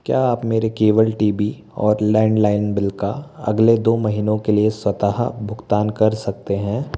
क्या आप मेरे केबल टी बी और लैंडलाइन बिल का अगले दो महीनों के लिए स्वतः भुगतान कर सकते हैं